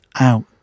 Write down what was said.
out